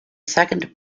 second